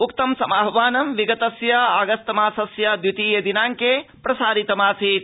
उक्तं समाद्वानं विगतस्य ऑगस्त मासस्य द्वितीये दिनांके प्रसारितमासीत्